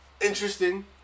Interesting